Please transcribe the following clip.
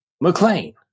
McLean